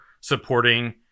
supporting